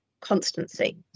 constancy